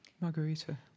Margarita